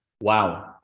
Wow